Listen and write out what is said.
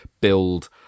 build